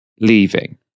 leaving